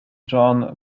john